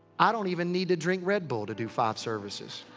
i don't even need to drink red bull to do five services.